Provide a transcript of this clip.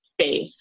space